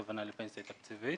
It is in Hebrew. הכוונה לפנסיה תקציבית.